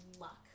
luck